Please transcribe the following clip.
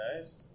nice